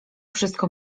wszystko